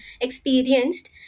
experienced